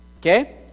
Okay